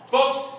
Folks